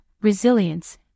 resilience